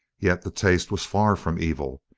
yet the taste was far from evil,